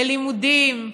לימודים,